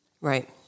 Right